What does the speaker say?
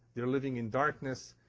they're living in darkness,